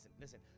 listen